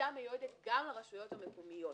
היתה מיועדת גם לרשויות המקומיות.